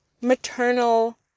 maternal